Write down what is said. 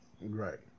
Right